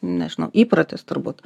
nežinau įprotis turbūt